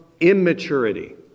immaturity